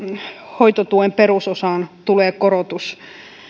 hoitotuen perusosaan tulee korotus